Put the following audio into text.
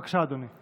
בבקשה, אדוני.